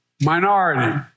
minority